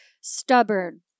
stubborn